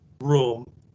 room